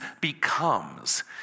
becomes